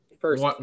first